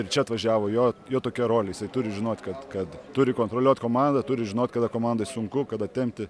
ir čia atvažiavo jo jo tokia rolė jisai turi žinot kad kad turi kontroliuot komandą turi žinot kada komandai sunku kada tempti